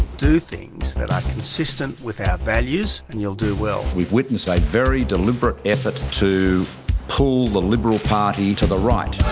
do things that are consistent with our values and you'll do well. we have witnessed a very deliberate effort to pull the liberal party to the right.